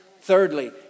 Thirdly